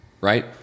right